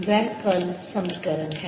वह कर्ल समीकरण है